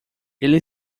ele